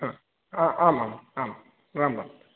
आमाम् आं रां राम्